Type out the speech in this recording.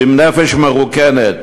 ועם נפש מרוקנת.